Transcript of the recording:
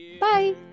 Bye